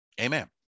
Amen